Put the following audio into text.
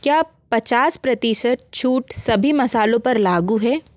क्या पचास प्रतिशत छूट सभी मसालों पर लागू है